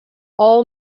all